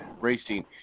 Racing